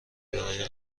برای